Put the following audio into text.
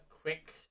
quick